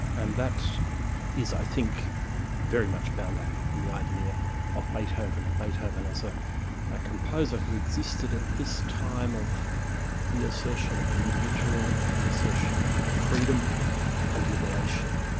and that is i think very much bound up in the idea of beethoven and beethoven as a ah composer who existed at this time of the assertion of the individual, the assertion of freedom and liberation.